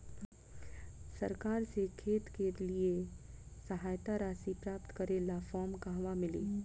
सरकार से खेत के लिए सहायता राशि प्राप्त करे ला फार्म कहवा मिली?